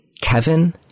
Kevin